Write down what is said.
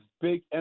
big